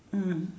mm